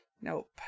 nope